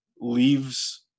leaves